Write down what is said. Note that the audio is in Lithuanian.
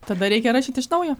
tada reikia rašyt iš naujo